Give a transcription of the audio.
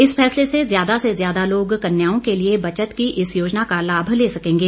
इस फैसले से ज्यादा से ज्यादा लोग कन्याओं के लिए बचत की इस योजना का लाभ ले सकेंगे